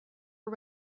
are